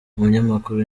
umunyamakuru